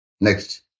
Next